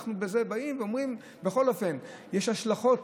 אנחנו בזה באים ואומרים: בכל אופן יש השלכות